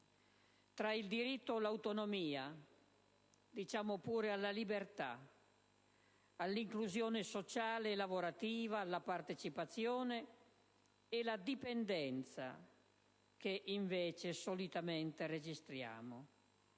tra il diritto all'autonomia, diciamo pure alla libertà, all'inclusione sociale e lavorativa, alla partecipazione, e la dipendenza che invece solitamente registriamo.